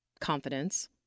confidence